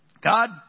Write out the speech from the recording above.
God